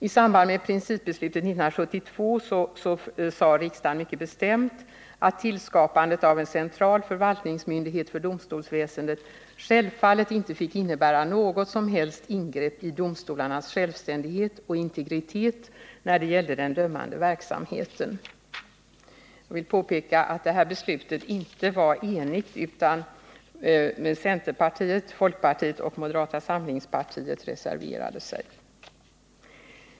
I samband med principbeslutet 1972 sade riksdagen mycket bestämt att tillskapandet av en central förvaltningsmyndighet för domstolsväsendet självfallet inte fick innebära något som helst ingrepp i domstolarnas självständighet och integritet när det gällde den dömande verksamheten. Jag vill påpeka att detta beslut inte var enigt — centerpartiet, folkpartiet och moderata samlingspartiet reserverade sig.